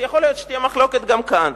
יכול להיות שתהיה מחלוקת גם כאן.